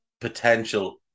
potential